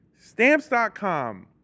Stamps.com